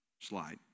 slide